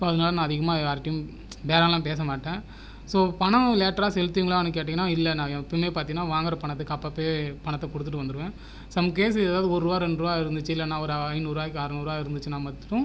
so அதனால நான் அதிகமாக யாருட்டயும் பேரலாம் பேச மாட்ட ஸோ பணம் லேட்டரா செலுத்துவிங்களானு கேட்டீங்கன்னா இல்லை நான் எப்போயுமே பார்த்தீங்கன்னா வாங்கிற பணத்துக்கு அப்போ அப்போயே பணத்தை கொடுத்துட்டு வந்துருவேன் சம் கேஸ் எதாவது ஒரு ரூபா ரெண்டு ரூபா இருந்துச்சு இல்லனா ஒரு ஐநூறு ரூவாய்க்கு அறனூறு ரூபா இருந்துச்சுனா மட்டும்